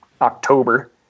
october